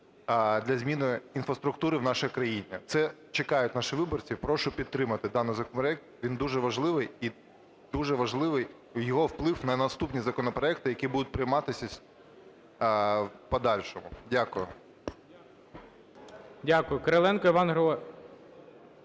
для зміни інфраструктури в нашій країні. Це чекають наші виборці. Прошу підтримати даний законопроект, він дуже важливий і дуже важливий його вплив на наступні законопроекти, які будуть прийматися в подальшому. Дякую. ГОЛОВУЮЧИЙ. Дякую. Кириленко Іван Григорович.